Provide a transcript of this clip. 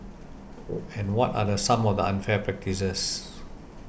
and what are some of the unfair practices